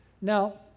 Now